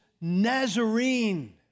Nazarene